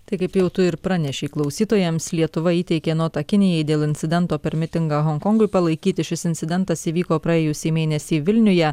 tai kaip jau tu ir pranešei klausytojams lietuva įteikė notą kinijai dėl incidento per mitingą honkongui palaikyti šis incidentas įvyko praėjusį mėnesį vilniuje